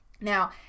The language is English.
Now